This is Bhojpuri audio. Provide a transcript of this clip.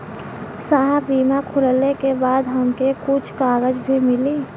साहब बीमा खुलले के बाद हमके कुछ कागज भी मिली?